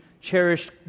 cherished